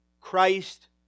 Christ